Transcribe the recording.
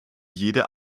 jede